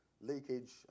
leakage